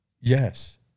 Yes